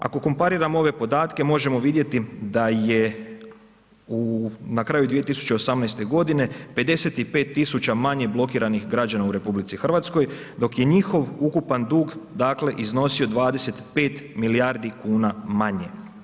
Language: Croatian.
Ako kompariramo ove podatke, možemo vidjeti da je u na kraju 2018. godine 55 tisuća manje blokiranih građana u RH, dok je njihov ukupan dug dakle iznosio 25 milijardi kuna manje.